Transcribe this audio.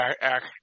act